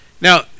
Now